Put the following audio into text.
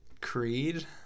Creed